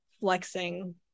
flexing